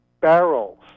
barrels